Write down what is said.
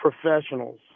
professionals